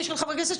איתם.